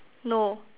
no